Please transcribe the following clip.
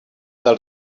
del